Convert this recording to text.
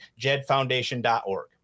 jedfoundation.org